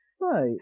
Right